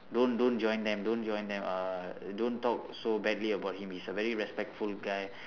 don't don't join them don't join them uh don't talk so badly about him he's a very respectful guy